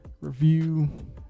review